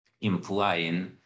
implying